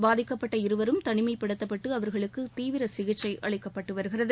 பாதிக்கப்பட்ட இருவரும் தனிமைப்படுத்தப்பட்டு அவர்களுக்கு தீவிர சிகிச்சை அளிக்கப்பட்டு வருகிறது